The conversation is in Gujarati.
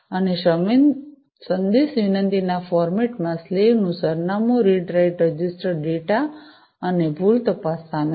અને સંદેશ વિનંતીના ફોર્મેટમાં સ્લેવનું સરનામું રીડ રાઇટ રજીસ્ટર ડેટા અને ભૂલ તપાસ શામેલ છે